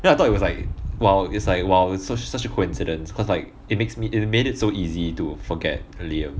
then I thought it was like !wow! it's like !wow! it's so it's such a coincidence because like it makes me it made it so easy to forget liam